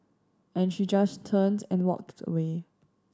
and she just turned and walked away